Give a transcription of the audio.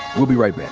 we'll be right